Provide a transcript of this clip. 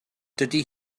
dydy